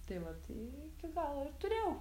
tai va tai iki galo ir turėjau